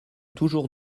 toujours